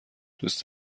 دوست